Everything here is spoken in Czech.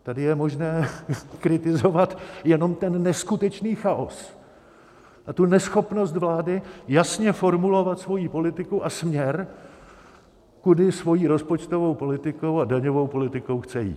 Tady je možné kritizovat jenom ten neskutečný chaos a tu neschopnost vlády jasně formulovat svoji politiku a směr, kudy svou rozpočtovou politikou a daňovou politikou chce jít.